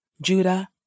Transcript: Judah